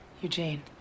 Eugene